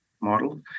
model